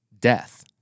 death